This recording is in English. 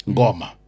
goma